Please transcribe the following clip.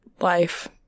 life